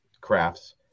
crafts